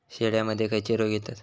शेळ्यामध्ये खैचे रोग येतत?